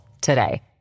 today